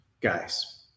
guys